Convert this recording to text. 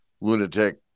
lunatic